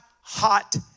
hot